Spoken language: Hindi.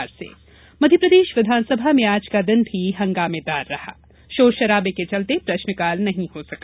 विधानसभा हंगामा मध्यप्रदेश विधानसभा में आज का दिन भी हंगामेदार रहा शोरशराबे के चलते प्रश्नकाल नहीं हो सका